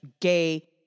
gay